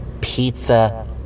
pizza